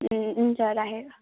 हुन्छ राखेको